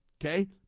Okay